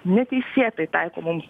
neteisėtai taiko mums